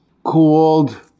called